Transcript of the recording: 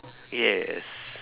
yes